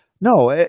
no